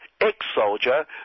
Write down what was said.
ex-soldier